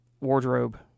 wardrobe